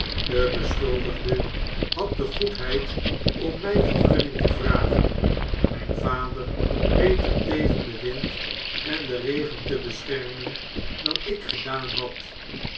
de beschuldigde had de goedheid om mg vergunning te vragen mgn vader beter tegen den wind en den regen te beschermen dan ik gedaan had